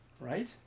Right